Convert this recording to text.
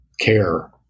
care